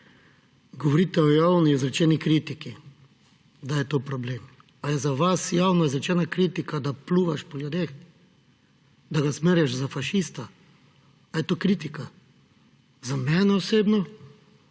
Govorite o javno izrečeni kritiki, da je to problem. Ali je za vas javno izrečena kritika, da pljuvaš po ljudeh, da nas zmerjaš za fašista? Ali je to kritika? Za mene osebno